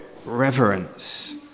reverence